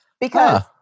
Because-